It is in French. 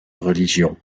religion